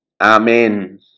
Amen